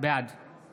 בעד